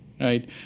right